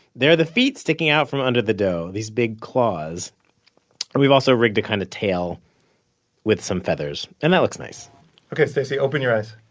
there are the feet sticking out from under the dough, these big claws. and we've also rigged a kind of tail with some feathers, and that looks nice ok, stacey. open your eyes